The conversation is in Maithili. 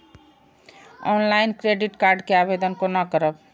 ऑनलाईन क्रेडिट कार्ड के आवेदन कोना करब?